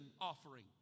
offering